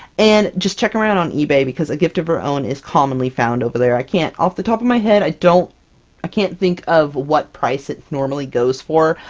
and just check around on ebay, because a gift of her own is commonly found over there. i can't off-the-top-of my-head, i don't i can't think of what price it normally goes for,